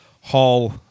Hall